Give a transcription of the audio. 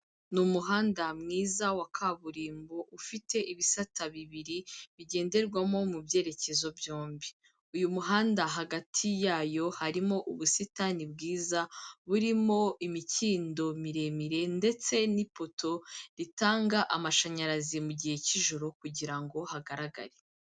Ni umuhanda mwiza wa kaburimbo, ufite ibisata bibiri, bigenderwamo mu byerekezo byombi, uyu muhanda hagati yayo harimo ubusitani bwiza, burimo imikindo miremire ndetse n'ipoto ritanga amashanyarazi mu gihe cy'ijoro kugirango hagaragare.